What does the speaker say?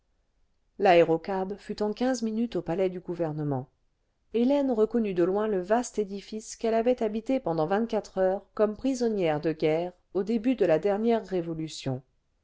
fut en quinze minutes au palais du gouvernement hélène reconnut de loin le vaste édifice qu'elle avait habité pendant vingt-quatre heures comme prisonnière de guerre au début de la dernière révolution